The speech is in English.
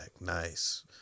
Nice